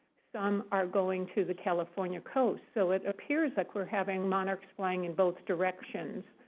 some are going to the california coast. so it appears that we're having monarchs flying in both directions.